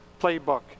playbook